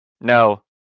No